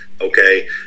Okay